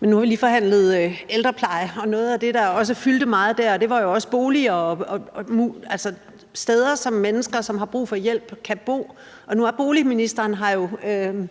Nu har vi lige forhandlet ældrepleje, og noget af det, der også fyldte meget dér, var jo boliger, altså steder, som mennesker, som har brug for hjælp, kan bo. Nu er boligministeren her